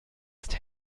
ist